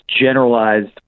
generalized